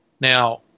Now